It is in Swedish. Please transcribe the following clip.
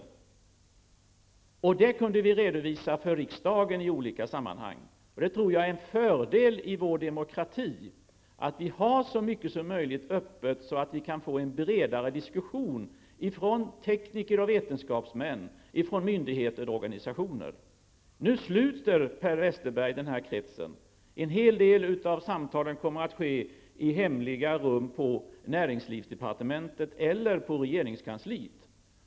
Detta kunde vi i olika sammanhang redovisa för riksdagen. Jag tror att det är en fördel i vår demokrati om så mycket som möjligt sker öppet, så att vi kan få en bredare diskussion mellan tekniker och vetenskapsmän, myndigheter och organisationer. Nu sluter Per Westerberg den här kretsen. En hel del av samtalen kommer att ske i hemliga rum på näringsdepartementet eller på regeringskansliet.